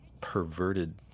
perverted